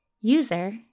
User